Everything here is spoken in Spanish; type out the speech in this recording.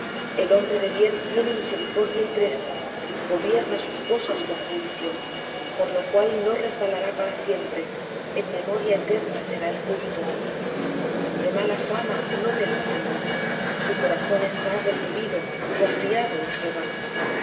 el hombre de bien tiene misericordia y presta gobierna sus cosas con juicio por lo cual no resbalará para siempre en memoria eterna será el justo de mala fama no tendrá temor su corazón está apercibido confiado en jehová